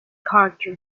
character